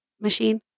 machine